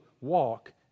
walk